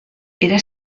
era